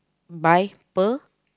by per